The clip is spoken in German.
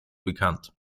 bekannt